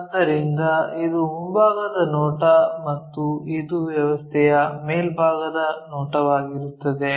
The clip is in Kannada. ಆದ್ದರಿಂದ ಇದು ಮುಂಭಾಗದ ನೋಟ ಮತ್ತು ಇದು ವ್ಯವಸ್ಥೆಯ ಮೇಲ್ಭಾಗದ ನೋಟವಾಗಿರುತ್ತದೆ